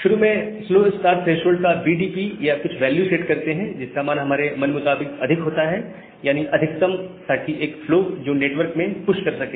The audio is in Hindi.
शुरू में स्लो स्टार्ट थ्रेशोल्ड का बीडीपी या कुछ वैल्यू सेट करते हैं जिसका मान हमारे मन मुताबिक अधिक होता है यानी अधिकतम ताकि एक फ्लो जो नेटवर्क में पुश कर सके